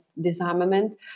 disarmament